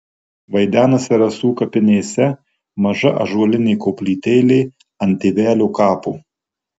vaidenasi rasų kapinėse maža ąžuolinė koplytėlė ant tėvelio kapo